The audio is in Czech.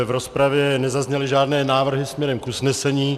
V rozpravě nezazněly žádné návrhy směrem k usnesení.